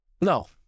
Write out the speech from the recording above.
No